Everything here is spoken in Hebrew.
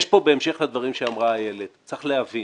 בהמשך לדברים שאמרה איילת צריך להבין